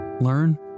learn